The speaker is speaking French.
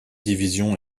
division